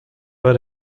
war